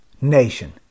nation